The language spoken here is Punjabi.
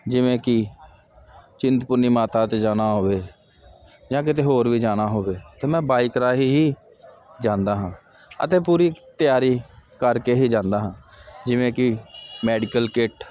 ਜਿਵੇਂ ਕਿ ਚਿੰਤਪੁਰਨੀ ਮਾਤਾ ਤੇ ਜਾਣਾ ਹੋਵੇ ਜਾਂ ਕਿਤੇ ਹੋਰ ਵੀ ਜਾਣਾ ਹੋਵੇ ਤੇ ਮੈਂ ਬਾਈਕ ਰਾਹੀ ਜਾਂਦਾ ਹਾਂ ਅਤੇ ਪੂਰੀ ਤਿਆਰੀ ਕਰਕੇ ਹੀ ਜਾਂਦਾ ਹਾਂ ਜਿਵੇਂ ਕਿ ਮੈਡੀਕਲ ਕਿੱਟ